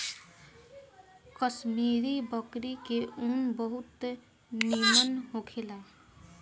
कश्मीरी बकरी के ऊन बहुत निमन होखेला